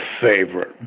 favorite